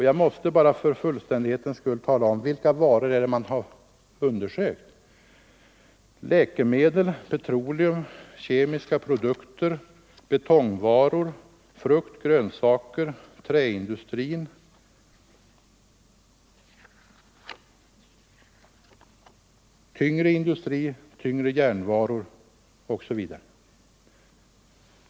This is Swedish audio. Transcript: Jag måste för fullständighetens skull tala om vilka varor man har undersökt: läkemedel, petroleum, kemiska produkter, betongvaror, frukt och grönsaker, träindustri, tyngre järnvaror osv.